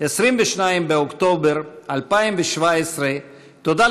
22 באוקטובר 2017.